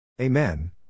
Amen